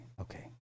okay